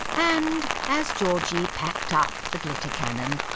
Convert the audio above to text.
and as georgie packed up the glitter cannon